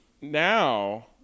now